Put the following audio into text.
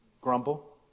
Grumble